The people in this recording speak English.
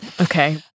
Okay